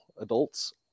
adults